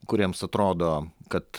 kuriems atrodo kad